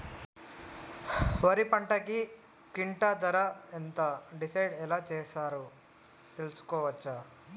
వరి పంటకు క్వింటా ధర ఎంత డిసైడ్ ఎలా చేశారు తెలుసుకోవచ్చా?